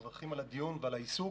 מברכים על הדיון ועל העיסוק